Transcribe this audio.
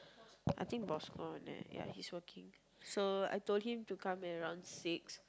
I think ya he's working so I told him to come at around six